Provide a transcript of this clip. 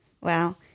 Wow